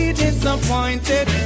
disappointed